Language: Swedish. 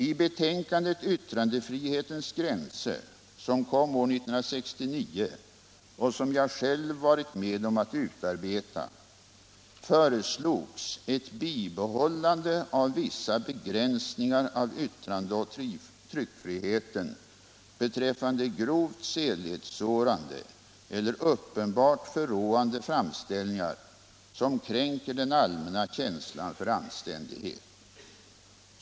I betänkandet Yttrandefrihetens gränser, som kom år 1969 och som jag själv varit med om att utarbeta, föreslogs ett bibehållande av vissa begränsningar av yttrande och tryckfriheten beträffande grovt sedlighetssårande eller uppenbart förråande framställningar som kränker den allmänna känslan för anständighet.